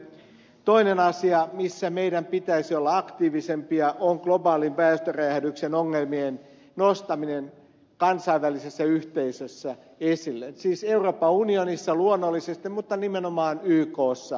toinen asia missä meidän pitäisi olla aktiivisempia on globaalin väestöräjähdyksen ongelmien nostaminen kansainvälisessä yhteisössä esille siis euroopan unionissa luonnollisesti mutta nimenomaan ykssa